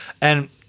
And-